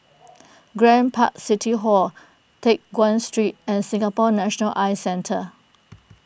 Grand Park City Hall Teck Guan Street and Singapore National Eye Centre